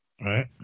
Right